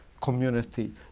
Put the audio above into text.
community